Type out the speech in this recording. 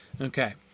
Okay